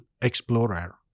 explorer